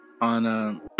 on